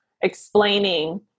explaining